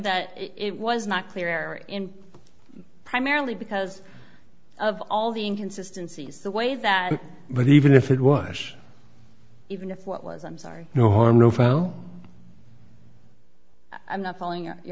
that it was not clear in primarily because of all the inconsistency is the way that but even if it was even if what was i'm sorry no harm no foul i'm not falling